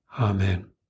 Amen